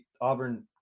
Auburn